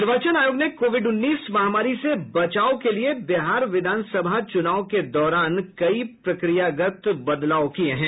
निर्वाचन आयोग ने कोविड उन्नीस महामारी से बचाव के लिए बिहार विधानसभा चुनाव के दौरान कई प्रक्रियागत बदलाव किये हैं